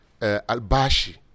albashi